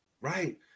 Right